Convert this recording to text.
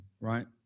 right